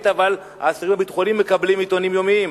אבל אסירים ביטחוניים מקבלים עיתונים יומיים,